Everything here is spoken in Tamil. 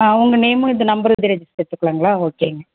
ஆ உங்கள் நேம்மு இந்த நம்பரு இதே ரெஜிஸ்டர் எடுத்துக்லாங்களா ஓகேங்க